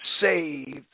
saved